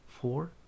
four